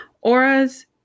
auras